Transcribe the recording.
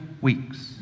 weeks